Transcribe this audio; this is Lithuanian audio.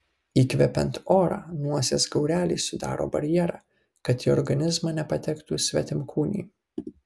įkvepiant orą nosies gaureliai sudaro barjerą kad į organizmą nepatektų svetimkūniai